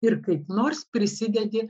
ir kaip nors prisidedi